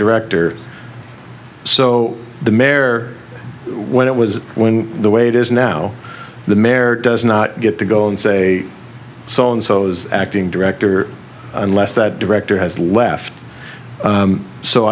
director so the mare when it was when the way it is now the mayor does not get to go and say so and so's acting director unless that director has left